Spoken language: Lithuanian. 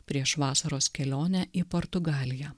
prieš vasaros kelionę į portugaliją